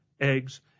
eggs